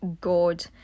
God